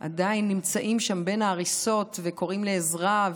נמצאים שם בין ההריסות וקוראים לעזרה,